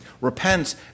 Repent